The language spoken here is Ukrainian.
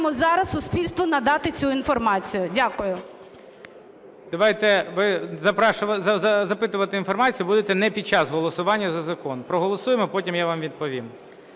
Дякую.